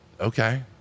okay